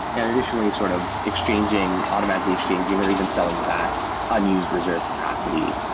and additionally, sort of exchanging, automatically exchanging or even selling back unused reserve capacity.